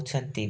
ହେଉଛନ୍ତି